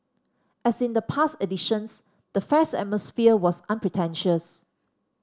as in the past editions the fair's atmosphere was unpretentious